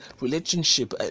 relationship